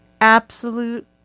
Absolute